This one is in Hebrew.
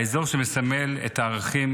האזור שמסמל את הערכים